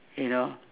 you know